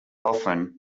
often